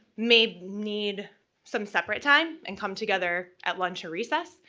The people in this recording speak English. may need some separate time and come together at lunch or recess,